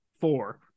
four